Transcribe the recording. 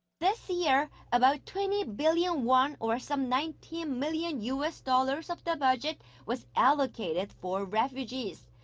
this year, about twenty billion won, or some nineteen million u s. dollars of the budget was allocated for refugees.